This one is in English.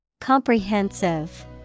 Comprehensive